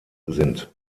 sind